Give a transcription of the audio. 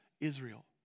Israel